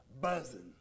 buzzing